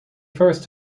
first